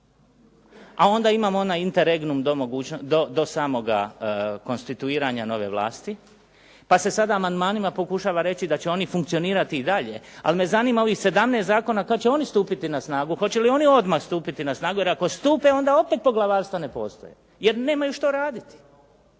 a onda imamo onaj interregnum do samoga konstituiranja nove vlasti pa se sada amandmanima pokušava reći da će oni funkcionirati i dalje ali me zanima ovih 17 zakona kad će oni stupiti na snagu, hoće li oni odmah stupiti na snagu jer ako stupe onda opet poglavarstva ne postoje jer nemaju što raditi,